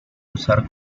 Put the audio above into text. usar